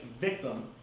victim